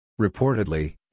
Reportedly